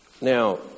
Now